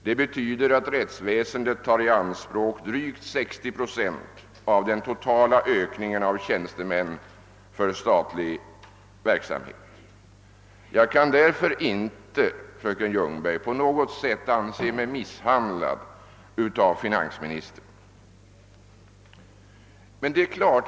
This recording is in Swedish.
Det betyder att rättsväsendet tar i anspråk drygt 60 procent av den totala ökningen av tjänstemän för statlig verksamhet. Jag kan därför, fröken Ljungberg, inte på något sätt anse mig misshandlad av finansministern på detta område.